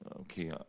okay